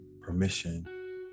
permission